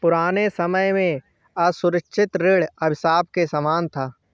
पुराने समय में असुरक्षित ऋण अभिशाप के समान था